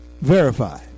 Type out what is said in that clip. verify